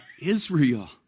Israel